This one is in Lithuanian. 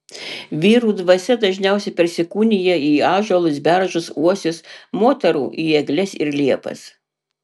vyrų dvasia dažniausiai persikūnija į ąžuolus beržus uosius moterų į egles ir liepas